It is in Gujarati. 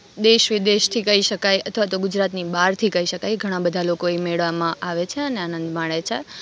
દેશ વિદેશથી કહી શકાય અથવા તો ગુજરાતની બહારથી કહી શકાય એ ઘણાં બધાં લોકો ઈ મેળામાં આવે છે અને આનંદ માણે છે